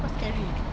what scary